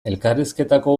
elkarrizketako